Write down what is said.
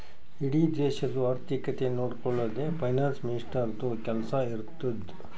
ಇಡೀ ದೇಶದು ಆರ್ಥಿಕತೆ ನೊಡ್ಕೊಳದೆ ಫೈನಾನ್ಸ್ ಮಿನಿಸ್ಟರ್ದು ಕೆಲ್ಸಾ ಇರ್ತುದ್